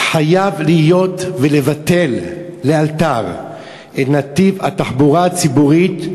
חייבים לבטל לאלתר את נתיב התחבורה הציבורית,